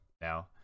now